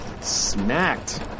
smacked